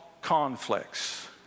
conflicts